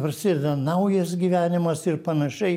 prasideda naujas gyvenimas ir panašiai